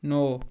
नौ